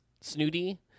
snooty